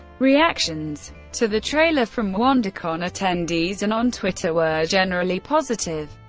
reactions to the trailer from wondercon attendees, and on twitter, were generally positive,